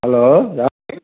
hello யாருங்க